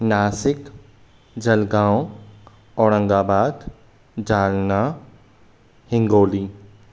Nashik Jalgaon Aurangabad Jalna Hingoli